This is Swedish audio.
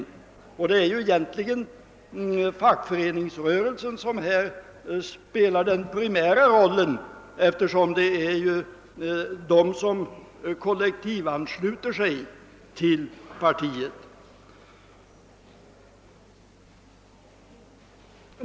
Egentligen är det fackföreningsrörelsen som = härvidlag spelar den primära rollen, eftersom det är den som kollektivansluter till partiet.